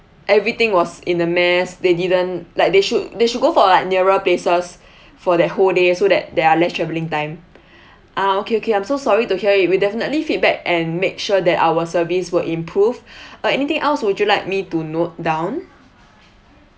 everything was in the mess they didn't like they should they should go for like nearer places for that whole day so that there are less travelling time ah okay okay I'm so sorry to hear it we'll definitely feedback and make sure that our service will improve uh anything else would you like me to note down